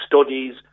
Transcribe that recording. studies